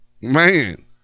Man